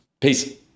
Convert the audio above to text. Peace